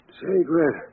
secret